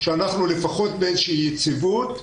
שאנחנו לפחות באיזושהי יציבות,